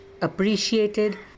appreciated